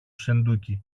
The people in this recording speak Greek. σεντούκι